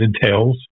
entails